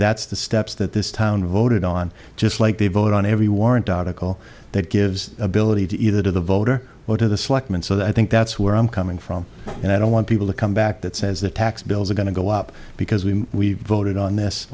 that's the steps that this town voted on just like they vote on every warrant article that gives ability to either to the voter or to the selectmen so that i think that's where i'm coming from and i don't want people to come back that says the tax bills are going to go up because we voted on this